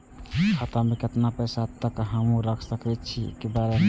खाता में केतना पैसा तक हमू रख सकी छी एक बेर में?